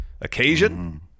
occasion